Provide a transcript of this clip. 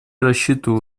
рассчитываю